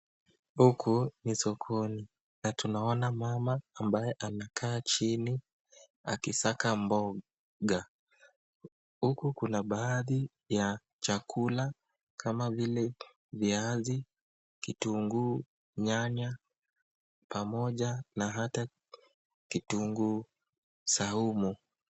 Huku ni sokoni na tunaona mama ambaye anakaa chini akisaga mboga. Huku kuna baadhi ya chakula kama vile viazi, kitunguu, nyanya pamoja na hata kitunguu saumu.